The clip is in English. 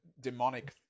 demonic